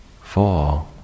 four